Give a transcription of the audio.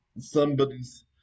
somebody's